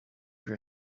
your